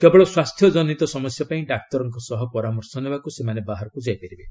କେବଳ ସ୍ୱାସ୍ଥ୍ୟକନିତ ସମସ୍ୟା ପାଇଁ ଡାକ୍ତରଙ୍କ ପରାମର୍ଶ ନେବାକୁ ସେମାନେ ବାହାରକୁ ଯାଇପାରିବେ